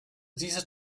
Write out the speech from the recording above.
dieser